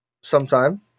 sometime